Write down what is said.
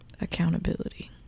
accountability